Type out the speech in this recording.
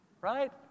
right